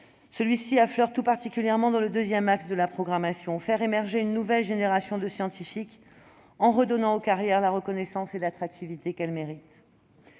Il affleure tout particulièrement dans le deuxième axe de la programmation : il s'agit de faire émerger une nouvelle génération de scientifiques, en redonnant aux carrières la reconnaissance et l'attractivité qu'elles méritent.